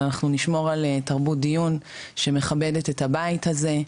אבל אנחנו נשמור על תרבות דיון שמכבדת את הבית הזה,